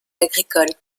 agricoles